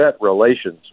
relations